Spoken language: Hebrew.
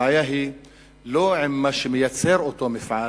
הבעיה אינה עם מה שמייצר אותו מפעל,